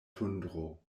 tundro